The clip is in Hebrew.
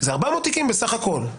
שאלה 400 תיקים בסך הכל"?